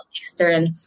Eastern